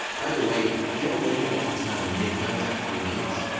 by the way, have you ever wondered what the term midnight actually means?